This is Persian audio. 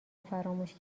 فراموش